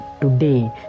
today